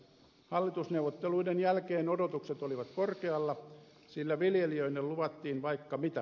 hallitusneuvotteluiden jälkeen odotukset olivat korkealla sillä viljelijöille luvattiin vaikka mitä